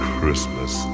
Christmas